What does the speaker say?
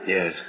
Yes